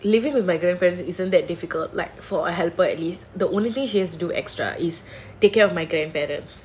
living with my grandparents isn't that difficult like for a helper at least the only thing she has to do extra is take care of my grandparents